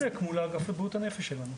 זה ייבדק אל מול אגף בריאות הנפש שלנו.